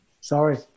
Sorry